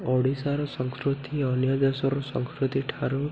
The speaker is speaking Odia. ଓଡ଼ିଶାର ସଂସ୍କୃତି ଅନ୍ୟ ଦେଶର ସଂସ୍କୃତିଠାରୁ